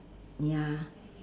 ya